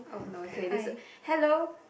oh no K this hello